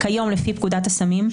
כיום לפי פקודת הסמים,